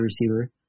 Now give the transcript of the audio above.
receiver